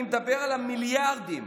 אני מדבר על המיליארדים,